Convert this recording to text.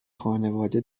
خانواده